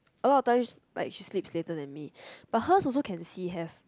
a lot of time like she sleep later than me but her also can see have